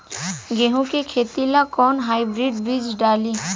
गेहूं के खेती ला कोवन हाइब्रिड बीज डाली?